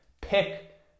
pick